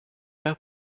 pas